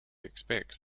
expects